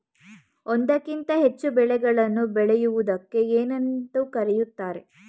ಒಂದಕ್ಕಿಂತ ಹೆಚ್ಚು ಬೆಳೆಗಳನ್ನು ಬೆಳೆಯುವುದಕ್ಕೆ ಏನೆಂದು ಕರೆಯುತ್ತಾರೆ?